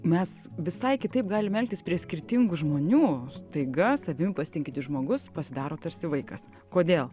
mes visai kitaip galime elgtis prie skirtingų žmonių staiga savimi pasitikintis žmogus pasidaro tarsi vaikas kodėl